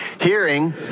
Hearing